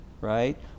right